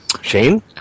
Shane